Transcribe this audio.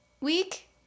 week